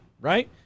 right